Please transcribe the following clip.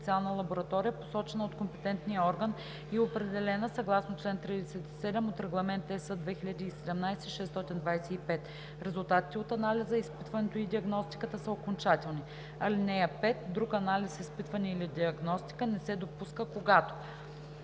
(5) Друг анализ, изпитване или диагностика не се допуска, когато: